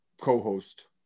co-host